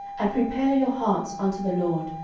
and prepare your hearts unto the lord,